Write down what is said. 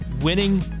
Winning